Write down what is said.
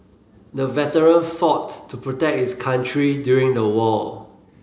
the veteran fought to protect his country during the war